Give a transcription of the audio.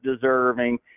deserving